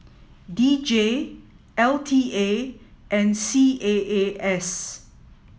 D J L T A and C A A S